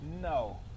No